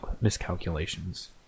miscalculations